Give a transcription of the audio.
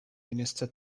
minister